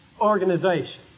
organization